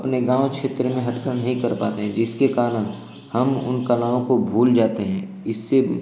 अपने गाँव क्षेत्र में हट काम नहीं कर पाते हैं जिसके कारण हम उन कलाओं को भूल जाते हैं इससे